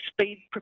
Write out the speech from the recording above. speed